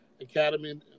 Academy